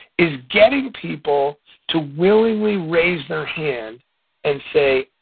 is getting people to willingly raise their hand and say,